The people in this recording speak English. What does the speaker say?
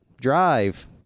Drive